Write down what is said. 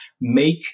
make